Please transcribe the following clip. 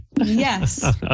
Yes